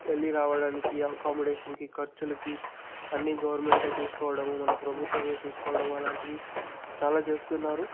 వెళ్ళి రావడానికి అకామిడేషన్కి ఖర్చులకి అన్నీ గవర్నమెంటే చూసుకోవడం మన ప్రభుత్వమే చూసుకోవడం అలాంటివి చాలా చేస్తున్నారు